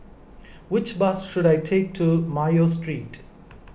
which bus should I take to Mayo Street